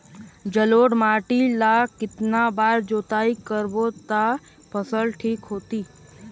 जलोढ़ माटी ला कतना बार जुताई करबो ता फसल ठीक होती?